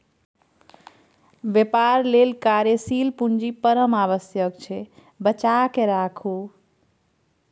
बेपार लेल कार्यशील पूंजी परम आवश्यक छै बचाकेँ राखू